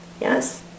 Yes